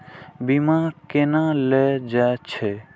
बीमा केना ले जाए छे?